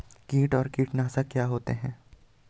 कीट और कीटनाशक क्या होते हैं?